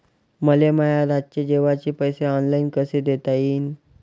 मले माया रातचे जेवाचे पैसे ऑनलाईन कसे देता येईन?